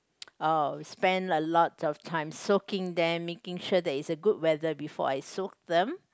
spend a lot of time soaking them making sure that it's a good weather before I soak them